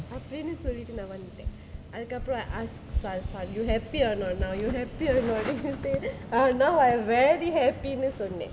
அப்டினு சொல்லிட்டு நா வந்துட்ட அதுக்கப்பறம்:apdinu naa sollittu naa vandhutta athukapparam I ask salsa you happy or not now you happy or not then he say now I very happy னு சொன்னே:nu sonnae